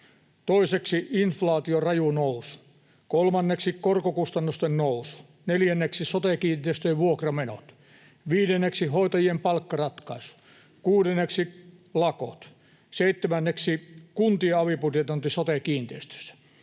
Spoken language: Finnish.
toiseksi inflaation raju nousu, kolmanneksi korkokustannusten nousu, neljänneksi sote-kiinteistöjen vuokramenot, viidenneksi hoitajien palkkaratkaisu, kuudenneksi lakot, seitsemänneksi kuntien alibudjetointi sote-kiinteistöissä,